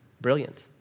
Brilliant